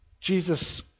Jesus